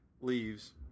leaves